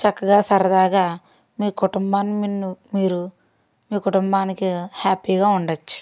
చక్కగా సరదాగా మీ కుటుంబాన్ని మీరు మీ కుటుంబానికి హ్యాపీగా ఉండచ్చు